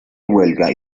huelga